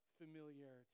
familiarity